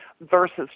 versus